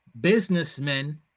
businessmen